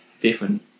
different